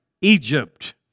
Egypt